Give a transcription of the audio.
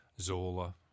Zola